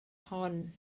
hon